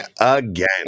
again